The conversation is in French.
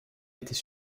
était